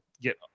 get